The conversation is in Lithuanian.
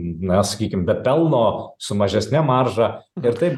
na sakykim be pelno su mažesne marža ir taip